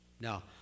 Now